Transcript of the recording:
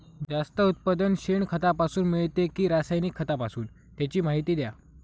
जास्त उत्पादन शेणखतापासून मिळते कि रासायनिक खतापासून? त्याची माहिती द्या